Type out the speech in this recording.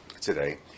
today